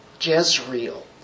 Jezreel